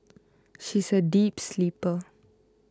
she is a deep sleeper